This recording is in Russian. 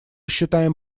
считаем